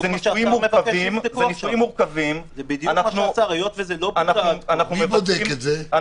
מי בודק את זה?